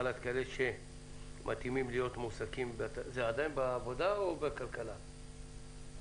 בחל"ת כאלה שמתאימים להיות מועסקים בתעשייה ולהכשיר אותם